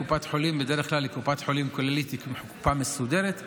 קופת חולים כללית היא בדרך כלל קופה מסודרת.